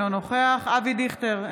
אינו נוכח אבי דיכטר,